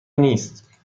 نیست